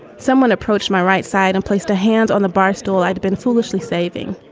someone approached my right side and placed a hand on the barstool i'd been foolishly saving.